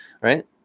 right